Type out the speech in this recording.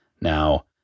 Now